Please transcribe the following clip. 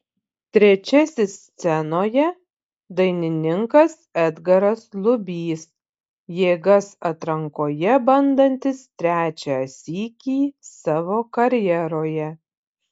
trečiasis scenoje dainininkas edgaras lubys jėgas atrankoje bandantis trečią sykį savo karjeroje